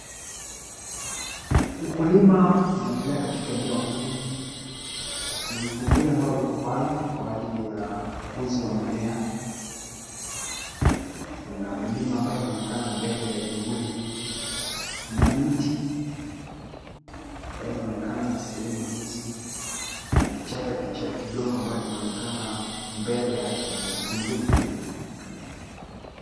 Ukulima unaendelea katika eneo hili. Kuna vivunguli amabvyo viko pale kwa ajili ya ukuzi wa mimea kuna milima ambayo inaonekana mbele ya vivunguli hivi kuna miti ambayo inaonekana sehemu hizi kuna kichaka kidogo amabayo kinaonekana mbele ya kivunguli hivi pia.